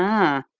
ah,